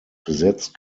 besetzt